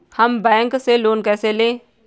हम बैंक से लोन कैसे लें?